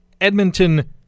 Edmonton